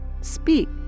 Speak